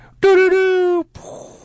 Do-do-do